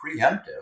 preemptive